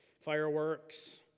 fireworks